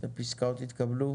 הפסקאות התקבלו